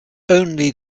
only